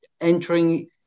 entering